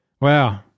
Wow